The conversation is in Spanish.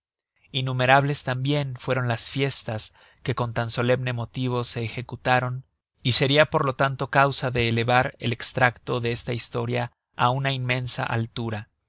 innumerables tambien fueron las fiestas que con tan solemne motivo se ejecutaron y seria por lo tanto causa de elevar el estracto de esta historia á una inmensa altura